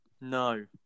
no